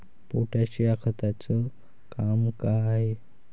Potash या खताचं काम का हाय?